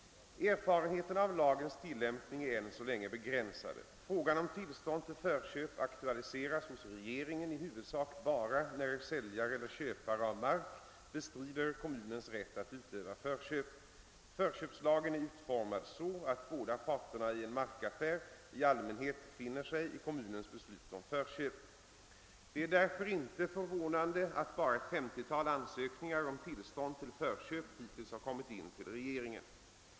Erfarenheterna av lagens tillämpning är än så länge begränsade. Frågan om tillstånd till förköp aktualiseras hos regeringen i huvudsak bara när säljare eller köpare av mark bestrider kommunens rätt att utöva förköp. Förköpslagen är utformad så, att båda parterna i en markaffär i allmänhet finner sig i kommunens beslut om förköp. Det är därför inte förvånande att bara ett 30-tal ansökningar om tillstånd till förköp hittills har kommit in till regeringen.